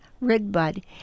redbud